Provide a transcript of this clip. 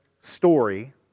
story